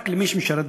רק למי שמשרת בצבא.